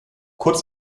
kurz